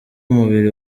umubiri